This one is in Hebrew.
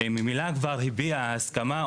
ממילא כבר הביעה הסכמה,